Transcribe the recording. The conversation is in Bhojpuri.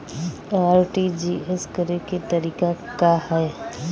आर.टी.जी.एस करे के तरीका का हैं?